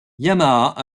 yamaha